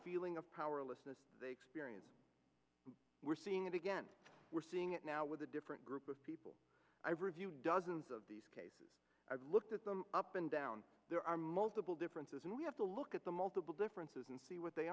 feeling of powerlessness they experience we're seeing it again we're seeing it now with a different group of people i've reviewed dozens of these cases i've looked at them up and down there are multiple differences and we have to look at the multiple differences and see what they